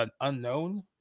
unknown